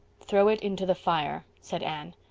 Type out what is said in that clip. throw it into the fire, said anne.